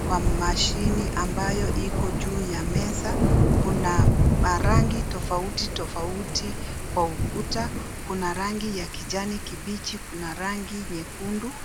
kwa mashine ambayo iko juu ya meza. Kuna rangi tofauti tofauti kwa ukuta, kuna rangi ya kijani kibichi, kuna rangi nyekundu.